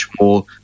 more